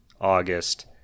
August